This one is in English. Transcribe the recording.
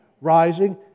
rising